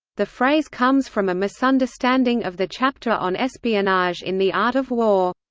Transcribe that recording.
the phrase comes from a misunderstanding of the chapter on espionage in the art of war.